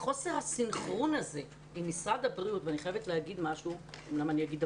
חוסר הסנכרון הזה עם משרד הבריאות מביא אותי